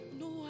No